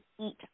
eat